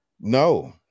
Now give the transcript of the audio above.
no